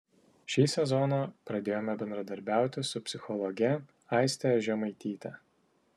šį sezoną pradėjome bendradarbiauti su psichologe aiste žemaityte